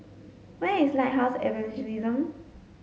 where is Lighthouse Evangelism